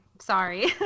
sorry